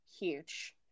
huge